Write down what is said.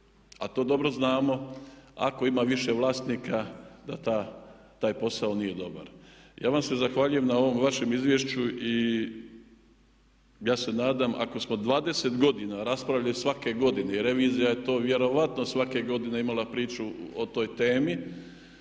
A to dobro znamo ako ima više vlasnika da taj posao nije dobar. Ja vam se zahvaljujem na ovom vašem izvješću i ja se nadam ako smo 20 godina raspravljali svake godine i revizija je to vjerojatno svake godine imala priču o toj temi,